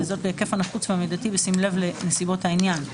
וזאת בהיקף הנחוץ והמידתי בשים לב לנסיבות העניין: